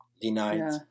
denied